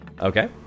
Okay